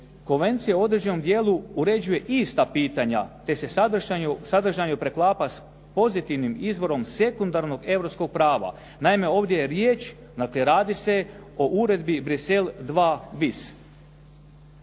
Konvencija u određenom dijelu uređuje ista pitanja te se sadržajno poklapa s pozitivnim izvorom sekundarnog europskog prava. Naime, ovdje je riječ dakle radi se o Uredbi Bruxelles II bis.